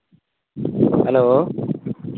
hello